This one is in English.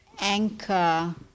anchor